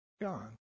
gone